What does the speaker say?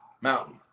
Mountain